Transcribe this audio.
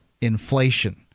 inflation